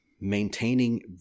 maintaining